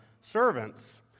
servants